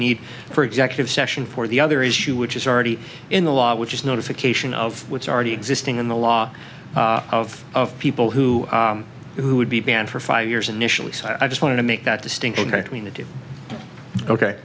need for executive session for the other issue which is already in the law which is notification of what's already existing in the law of of people who who would be banned for five years initially so i just wanted to make that distinction between the